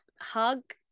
hug